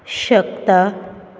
शकता